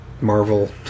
Marvel